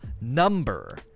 number